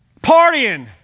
Partying